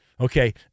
okay